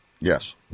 Yes